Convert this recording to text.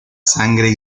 sangre